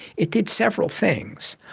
it did several things.